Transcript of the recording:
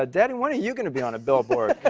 ah daddy, when are you going to be on a billboard?